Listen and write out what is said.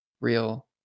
real